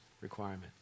requirement